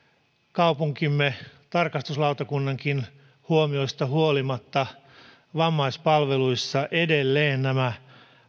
kaupunkimme tarkastuslautakunnankin huomioista huolimatta vammaispalveluissa nämä